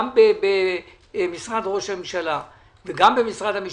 גם במשרד ראש הממשלה וגם במשרד המשפטים,